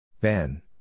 Ben